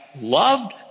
loved